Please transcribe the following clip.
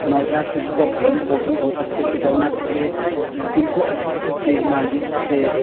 नवज़ात शिशु का भरण पोषण बहुत अच्छे से करना चाहिए उनको अच्छे से तेल मालिश से